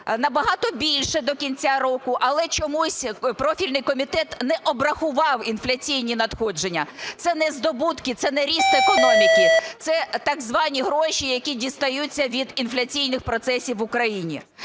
набагато більше до кінця року, але чомусь профільний комітет не обрахував інфляційні надходження. Це не здобутки, це не ріст економіки - це так звані гроші, які дістаються від інфляційних процесів в Україні.